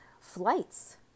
flights